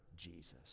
Jesus